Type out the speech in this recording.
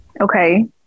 Okay